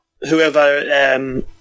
whoever